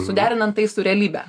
suderinant tai su realybe